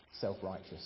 self-righteous